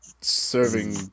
Serving